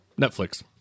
Netflix